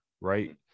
right